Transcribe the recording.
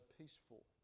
peaceful